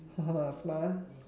smart